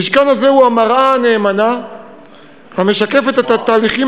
המשכן הזה הוא המראה הנאמנה המשקפת את התהליכים